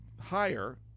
higher